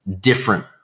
different